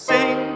Sing